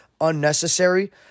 unnecessary